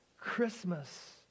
Christmas